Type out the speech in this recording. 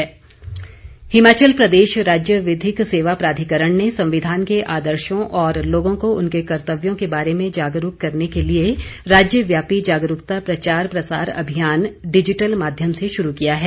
प्राधिकरण हिमाचल प्रदेश राज्य विधिक सेवा प्राधिकरण ने संविधान के आदर्शो और लोगों को उनके कर्तव्यों के बारे में जागरूक करने के लिए राज्यव्यापी जागरूकता प्रचार प्रसार अभियान डिजिटल माध्यम से शुरू किया हैं